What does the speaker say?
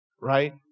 right